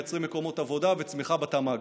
מייצרות מקומות עבודה וצמיחה ותמ"ג,